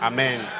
Amen